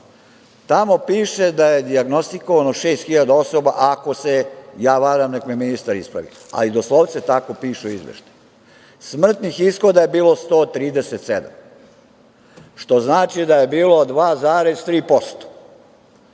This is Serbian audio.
Tamo piše da je dijagnostikovano 6.000 osoba, ako se ja varam neka me ministar ispravi, ali doslovce tako piše u izveštaju. Smrtnih ishoda je bilo 137, što znači da je bilo 2,3%.O